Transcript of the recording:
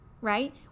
right